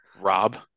Rob